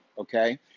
Okay